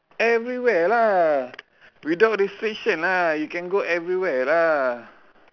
everywhere lah without this station lah you can go everywhere lah